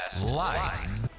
life